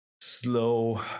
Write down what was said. slow